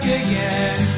again